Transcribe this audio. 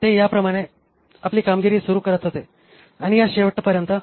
ते याप्रकारे आपली कामगिरी सुरू करत होते आणि या शेवटपर्यंत